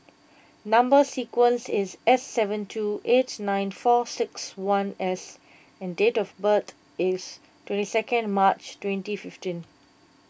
Number Sequence is S seven two eight nine four six one S and date of birth is twenty second March twenty fifteen